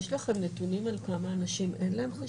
יש לכם נתונים לכמה אנשים אין חשבון בנק?